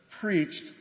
preached